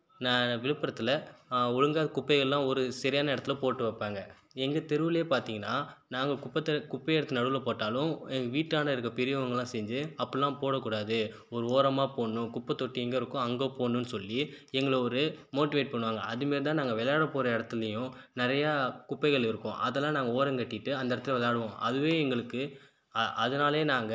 நான் விழுப்புரத்துல ஒழுங்கா குப்பைகள்லாம் ஒரு சரியான இடத்துல போட்டு வைப்பாங்க எங்கள் தெருவுலையே பார்த்தீங்கன்னா நாங்கள் குப்பத்தை குப்பையை எடுத்து நடுவில் போட்டாலும் எங்கள் வீட்டாண்ட இருக்கற பெரியவர்களாம் சேர்ந்து அப்பிட்லாம் போடக்கூடாது ஒரு ஓரமாக போடணும் குப்பை தொட்டி எங்கேருக்கோ அங்கே போடணும்ன்னு சொல்லி எங்களை ஒரு மோட்டிவேட் பண்ணுவாங்க அதுமாதிரி தான் நாங்கள் வெளையாட போகிற இடத்துலையும் நிறையா குப்பைகள் இருக்கும் அதெலாம் நாங்கள் ஓரங்கட்டிட்டு அந்த இடத்தில் விளாடுவோம் அதுவே எங்களுக்கு அதனாலயே நாங்கள்